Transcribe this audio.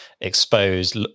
exposed